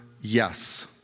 yes